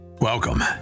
welcome